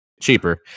cheaper